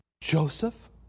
Joseph